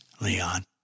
Leon